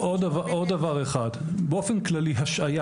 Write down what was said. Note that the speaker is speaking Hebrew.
עוד דבר אחד, באופן כללי, השעיה